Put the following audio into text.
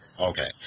Okay